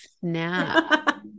snap